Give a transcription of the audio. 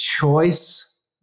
choice